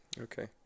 Okay